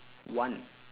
one